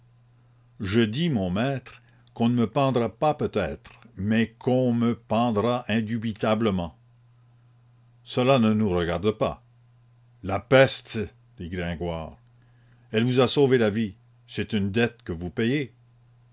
je dis mon maître qu'on ne me pendra pas peut-être mais qu'on me pendra indubitablement cela ne nous regarde pas la peste dit gringoire elle vous a sauvé la vie c'est une dette que vous payez